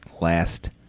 Last